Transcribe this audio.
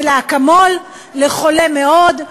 זה אקמול לחולה מאוד,